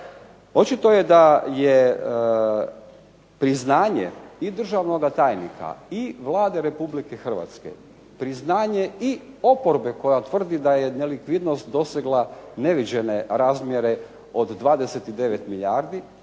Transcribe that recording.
Očito je da je priznanje i državnoga tajnika i Vlade Republike Hrvatske, priznanje i oporbe koja tvrdi da je nelikvidnost dosegla neviđene razmjere od 29 milijardi,